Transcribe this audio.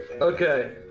Okay